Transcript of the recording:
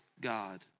God